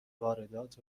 واردات